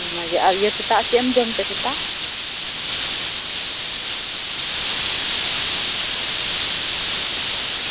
ᱚᱱᱟᱜᱮ ᱟᱨ ᱤᱭᱟᱹ ᱥᱮᱛᱟᱜ ᱪᱮᱫ ᱮᱢ ᱡᱚᱢᱛᱮ ᱥᱮᱛᱟᱜ